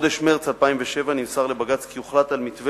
בחודש מרס 2007 נמסר לבג"ץ כי הוחלט על מתווה